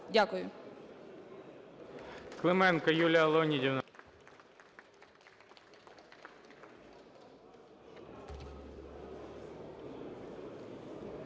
Дякую.